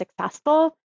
successful